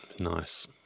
nice